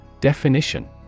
Definition